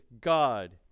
God